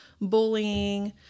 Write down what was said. bullying